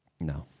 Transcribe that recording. No